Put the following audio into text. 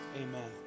amen